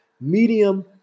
medium